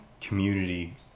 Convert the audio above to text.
community